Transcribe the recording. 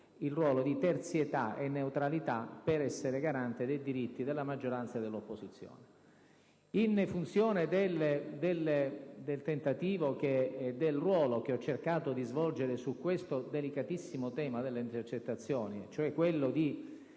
il ruolo di terzietà e di neutralità per essere garante dei diritti della maggioranza e dell'opposizione. In funzione del ruolo che ho cercato di svolgere su questo delicatissimo tema delle intercettazioni, cioè quello di